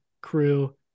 crew